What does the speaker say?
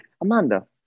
Amanda